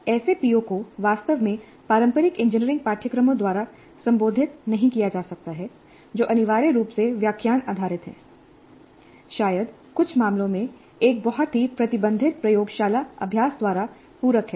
ऐसे पीओ को वास्तव में पारंपरिक इंजीनियरिंग पाठ्यक्रमों द्वारा संबोधित नहीं किया जा सकता है जो अनिवार्य रूप से व्याख्यान आधारित हैं शायद कुछ मामलों में एक बहुत ही प्रतिबंधित प्रयोगशाला अभ्यास द्वारा पूरक हैं